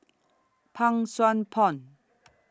Pang Sua Pond